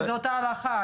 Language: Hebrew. זה אותה הלכה,